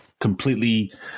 completely